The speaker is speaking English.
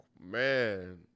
man